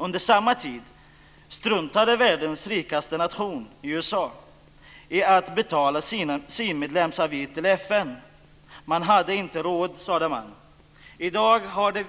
Under samma tid struntade världens rikaste nation USA i att betala sin medlemsavgift till FN. Man hade inte råd, sade man. I dag har det